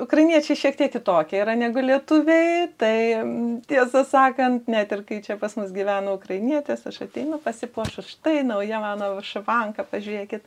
ukrainiečiai šiek tiek kitokie yra negu lietuviai tai tiesą sakant net ir kai čia pas mus gyveno ukrainietės aš ateinu pasipuošus štai nauja mano višivanka pažiūrėkit